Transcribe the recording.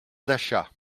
d’achat